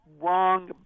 wrong